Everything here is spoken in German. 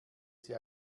sie